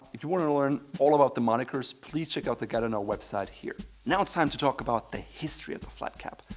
if you want to learn all about the monikers, please check out the guide on our website here. now it's time to talk about the history of the flat cap.